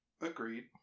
Agreed